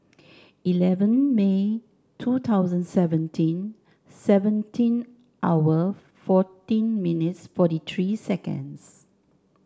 eleven May two thousand and seventeen seventeen hour fourteen minutes forty three seconds